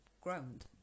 ground